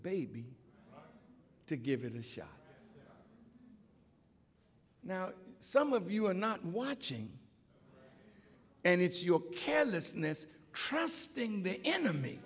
baby to give it a shot now some of you are not watching and it's your carelessness trusting the enemy